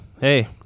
Hey